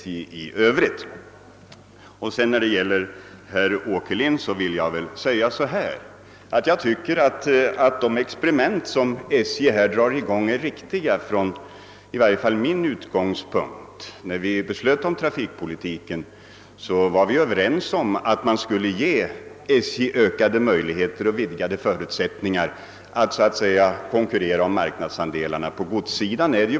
Sedan vill jag säga till herr Åkerlind, att jag tycker att de experiment som SJ dragit i gång är riktiga, i varje fall från min utgångspunkt. De ligger i linje med trafikpolitiken. När vi beslöt om trafikpolitiken var vi överens om att ge SJ ökade möjligheter och vidgade förutsättningar att konkurrera om marknadsandelarna på godssidan.